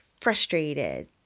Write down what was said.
frustrated